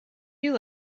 you